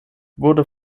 wurde